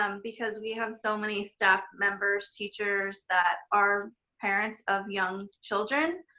um because we have so many staff members, teachers that are parents of young children.